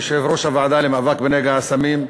כיושב-ראש הוועדה למאבק בנגע הסמים,